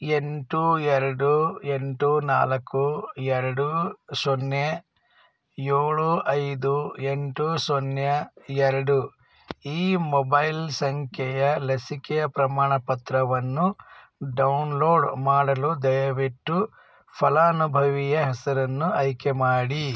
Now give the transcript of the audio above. ಎಂಟು ಎರಡು ಎಂಟು ನಾಲ್ಕು ಎರಡು ಸೊನ್ನೆ ಏಳು ಐದು ಎಂಟು ಸೊನ್ನೆ ಎರಡು ಈ ಮೊಬೈಲ್ ಸಂಖ್ಯೆಯ ಲಸಿಕೆಯ ಪ್ರಮಾಣ ಪತ್ರವನ್ನು ಡೌನ್ಲೋಡ್ ಮಾಡಲು ದಯವಿಟ್ಟು ಫಲಾನುಭವಿಯ ಹೆಸರನ್ನು ಆಯ್ಕೆ ಮಾಡಿ